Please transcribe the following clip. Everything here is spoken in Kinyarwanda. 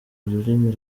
ururimi